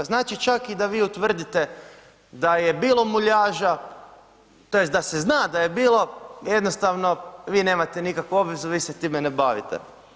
Znači, čak i da vi utvrdite da je bilo muljaža tj. da se zna da je bilo jednostavno vi nemate nikakvu obvezu, vi se time ne bavite.